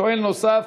שואל נוסף,